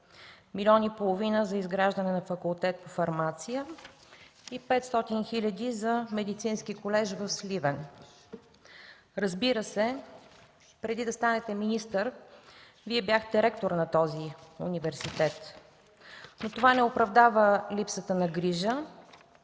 млн. лв. за изграждане на Факултет „Фармация” и 500 хил. лв. за Медицински колеж в Сливен. Разбира се, преди да станете министър, Вие бяхте ректор на този университет, но това не оправдава липсата на грижа